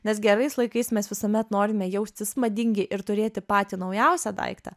nes gerais laikais mes visuomet norime jaustis madingi ir turėti patį naujausią daiktą